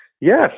Yes